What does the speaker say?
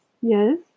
yes